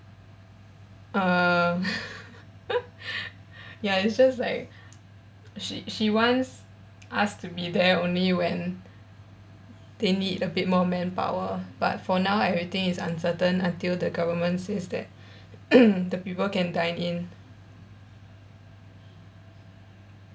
um ya it's just like she she wants us to be there only when they need a bit more manpower but for now everything is uncertain until the government says that the people can dine in